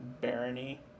barony